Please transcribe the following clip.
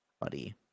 buddy